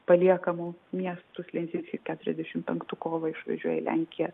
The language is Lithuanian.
paliekamu miestu sledzinskis keturiasdešimt penktų kovą išvažiuoja į lenkiją